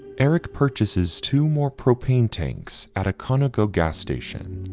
eric purchases two more propane tanks at a conoco gas station,